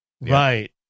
Right